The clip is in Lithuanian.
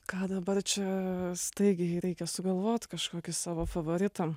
ką dabar čia staigiai reikia sugalvot kažkokį savo favoritą